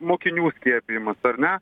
mokinių skiepijimas ar ne